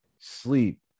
sleep